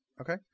okay